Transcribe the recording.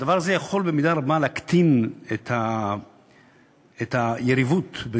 הדבר הזה יכול במידה רבה להקטין את היריבות בין